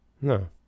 No